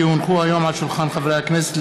כי הונחו היום על שולחן הכנסת,